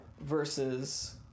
Versus